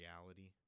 reality